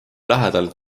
lähedalt